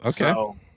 Okay